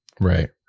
Right